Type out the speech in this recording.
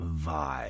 vibe